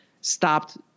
stopped